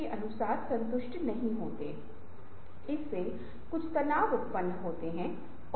एक उदाहरण लीजिए एक कंपनी कांच के बने पदार्थ बनाती है